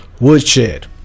Woodshed